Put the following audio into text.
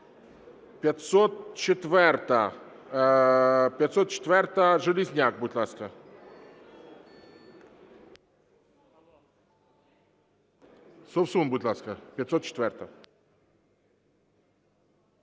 504. Железняк, будь ласка. Совсун, будь ласка, 504-а.